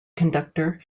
conductor